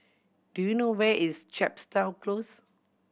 do you know where is Chepstow Close